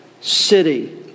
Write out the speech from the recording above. city